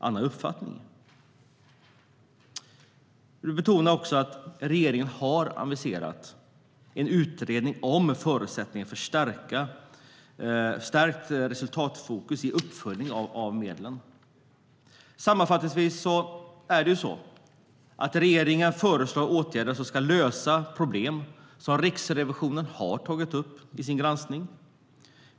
Jag vill betona att regeringen har aviserat en utredning om förutsättningar för stärkt resultatfokus i uppföljningen av medlen. Regeringen föreslår åtgärder som ska lösa problem som Riksrevisionen har tagit upp i sin granskning.